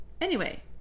Anyway